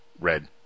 Red